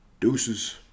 deuces